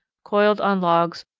coiled on logs,